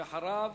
ואחריו,